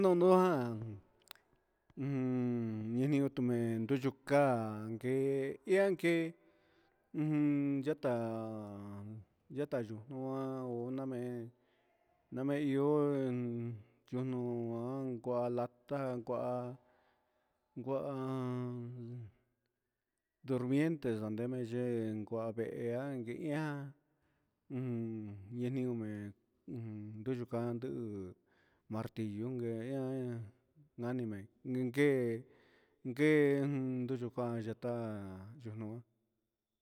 No nujan un ni ni utumen nriuyu kan ke ianké, ummm chata chata yunua kunamen nami ion yunu me ngualaata'a kuá nguan durmiente ni kua yeela'a, ji ian un yeniomen un nruyu ngan ndun martillo nen ihan anime ngue ngue mmm nruyu ngan yata'a yuñoo.